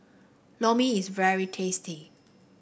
Lor Mee is very tasty